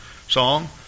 song